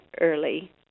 early